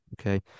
Okay